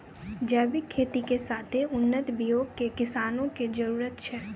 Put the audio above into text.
जैविक खेती के साथे उन्नत बीयो के किसानो के जरुरत छै